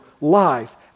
life